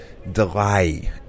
delay